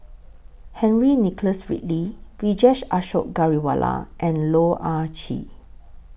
Henry Nicholas Ridley Vijesh Ashok Ghariwala and Loh Ah Chee